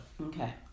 Okay